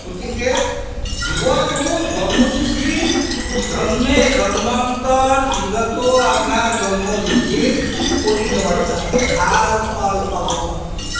গতিকে জীৱটো জন্ম দিছে জন্মে জন্মান্তৰ জীৱটো আপোনাক জন্ম দিছে কৰি খাবৰ কাৰণে ভাল ফল পাব আপুনি